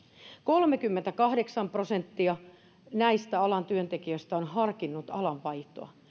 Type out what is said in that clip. kolmekymmentäkahdeksan prosenttia näistä alan työntekijöistä on harkinnut alanvaihtoa